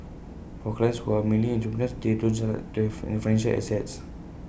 for clients who are mainly entrepreneurs they don't just like to have financial assets